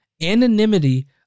anonymity